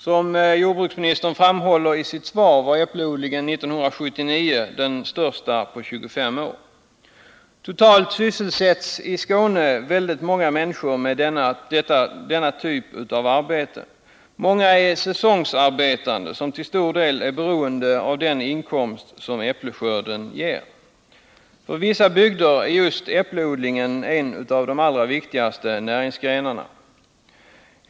Som jordbruksministern framhåller i sitt svar var äppleodlingen 1979 den största på 25 år. Totalt sysselsätts i Skåne väldigt många människor med denna typ av arbete. Många är säsongarbetande, som till stor del är beroende av den inkomst som äppleskörden ger. För vissa bygder är just äppleodlingen en av de allra viktigaste näringsgrenarna.